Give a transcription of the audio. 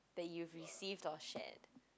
that you've received or shared